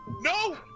No